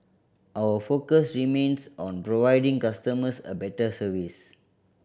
our focus remains on providing customers a better service